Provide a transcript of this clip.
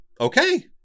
Okay